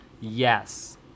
yes